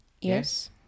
Yes